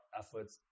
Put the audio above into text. efforts